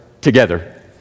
together